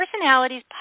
personalities